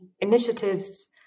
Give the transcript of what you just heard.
initiatives